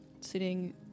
Sitting